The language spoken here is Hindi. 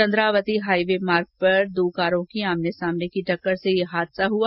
चंद्रावती हाईवे मार्ग पर दो कारों की आमने सामने की टक्कर से ये हादसा हुआ